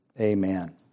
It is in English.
Amen